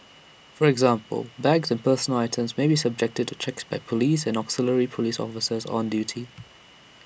for example bags and personal items may be subjected to checks by Police and auxiliary Police officers on duty